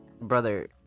Brother